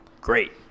great